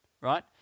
right